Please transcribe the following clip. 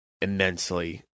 immensely